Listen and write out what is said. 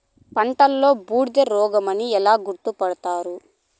పంటలో బూడిద రోగమని ఎలా గుర్తుపడతారు?